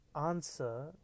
answer